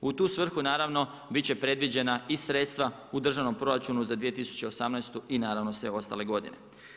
U tu svrhu bit će predviđena i sredstva u državnom proračunu za 2018. i naravno sve ostale godine.